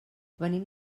venim